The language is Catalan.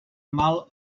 mal